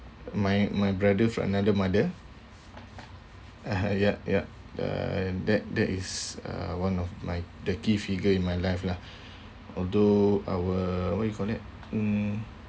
my my brother from another mother yup yup and that that is a one of my the key figure in my life lah although our what you call that mm